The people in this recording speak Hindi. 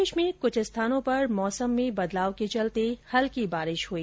प्रदेश में कुछ स्थानों पर मौसम में बदलाव के चलते हल्की बारिश हुई